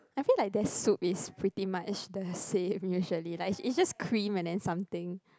I think like their soup is pretty much the same usually like it's it's just cream and then something